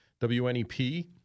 WNEP